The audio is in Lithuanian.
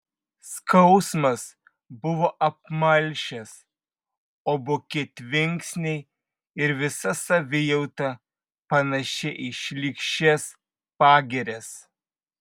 skausmas buvo apmalšęs o buki tvinksniai ir visa savijauta panaši į šlykščias pagirias